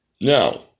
Now